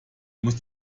muss